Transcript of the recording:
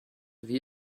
wie